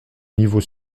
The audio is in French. niveau